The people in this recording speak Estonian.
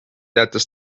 teatas